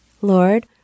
Lord